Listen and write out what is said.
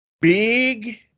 big